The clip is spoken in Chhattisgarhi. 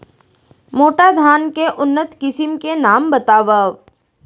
मोटा धान के उन्नत किसिम के नाम बतावव?